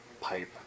pipe